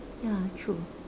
ya true